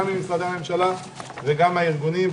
גם ממשרדי הממשלה וגם מכל הארגונים,